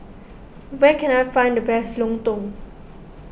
where can I find the best Lontong